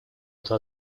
эту